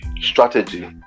strategy